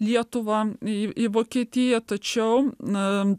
lietuvą į į vokietiją tačiau na